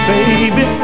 Baby